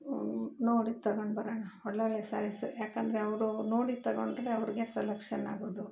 ನೋಡಿ ತಗೊಂಡ್ಬರಣ ಒಳ್ಳೊಳ್ಳೆ ಸ್ಯಾರೀಸ್ ಯಾಕಂದರೆ ಅವರು ನೋಡಿ ತಗೊಂಡರೆ ಅವ್ರಿಗೆ ಸೆಲೆಕ್ಷನ್ ಆಗೋದು